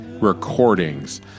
recordings